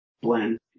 blend